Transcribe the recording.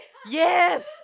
yes